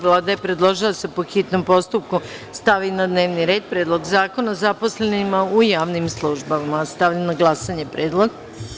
Vlada je predložila da se po hitnom postupku stavi na dnevni red - Predlog zakona o zaposlenima u javnim službama Stavljam na glasanje ovaj predlog.